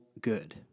good